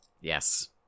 yes